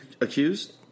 accused